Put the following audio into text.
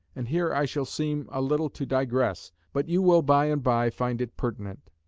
and here i shall seem a little to digress, but you will by and by find it pertinent.